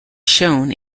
shown